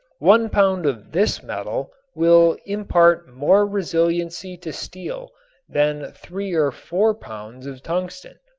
one pound of this metal will impart more resiliency to steel than three or four pounds of tungsten.